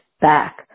back